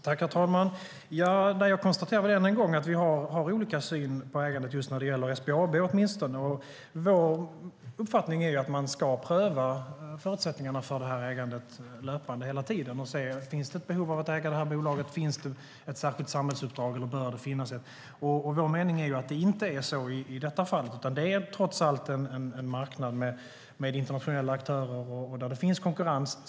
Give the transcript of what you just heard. Herr talman! Jag konstaterar än en gång att vi har olika syn på ägandet just när det gäller SBAB. Vår uppfattning är att man ska pröva förutsättningarna för det här ägandet löpande och se om det finns ett behov av att äga det här bolaget och om det finns eller bör finnas ett särskilt samhällsuppdrag. Vår mening är att det inte är så i det här fallet, utan det är trots allt en marknad med internationella aktörer där det finns konkurrens.